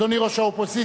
אדוני ראש האופוזיציה,